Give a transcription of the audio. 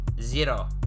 zero